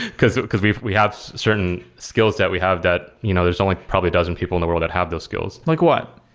because because we we have certain skills that we have that you know there's only probably a dozen people in the world that have those skills like what?